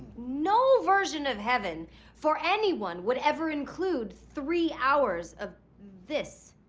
no version of heaven for anyone would ever include three hours of this.